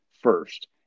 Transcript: first